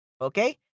Okay